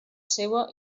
seua